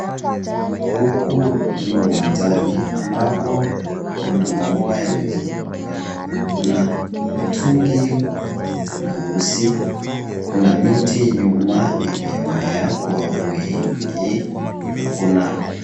Huku ni uwanjani ambako kuna maua yamezunguka. Kuna mtungi meusi, kuna miti nyuma iloyomea Kwa wingi